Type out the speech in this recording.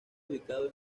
ubicado